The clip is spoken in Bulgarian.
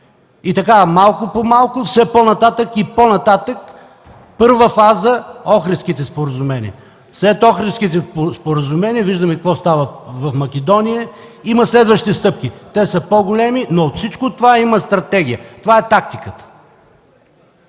и така „малко по малко”, все по-нататък и по-нататък. Първа фаза – Охридските споразумения, след Охридските споразумения – виждаме какво става в Македония, има следващи стъпки. Те са по-големи, но към всичко това има стратегия. Това е тактиката.